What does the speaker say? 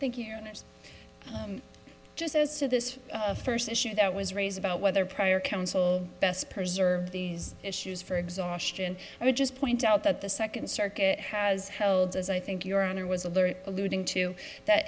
to think you're just as to this first issue that was raised about whether prior counsel best preserved these issues for exhaustion i would just point out that the second circuit has held as i think your honor was alluding to that